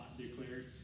declared